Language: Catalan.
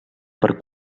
per